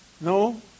No